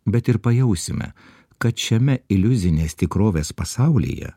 bet ir pajausime kad šiame iliuzinės tikrovės pasaulyje